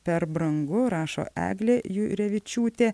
per brangu rašo eglė jurevičiūtė